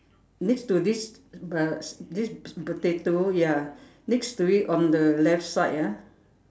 next to this uh this potato ya next to it on the left side ah